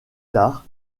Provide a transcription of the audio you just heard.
tard